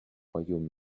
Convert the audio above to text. royaume